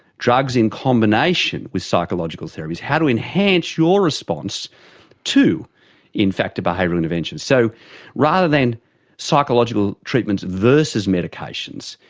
drugs in combination with psychological therapies, how to enhance your response to in fact a behavioural intervention. so rather than psychological treatments versus medications,